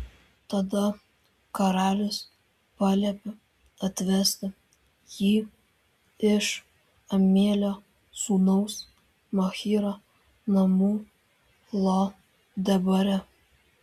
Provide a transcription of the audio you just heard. tada karalius paliepė atvesti jį iš amielio sūnaus machyro namų lo debare